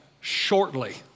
shortly